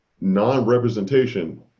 non-representation